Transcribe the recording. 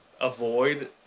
avoid